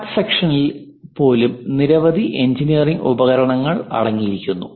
cut സെക്ഷനിൽ പോലും നിരവധി എഞ്ചിനീയറിംഗ് ഉപകരണങ്ങൾ അടങ്ങിയിരിക്കുന്നു